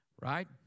Right